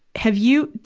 have you,